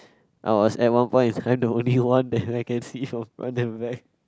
I was at one point I'm the only one that I can see from front and back